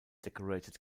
decorated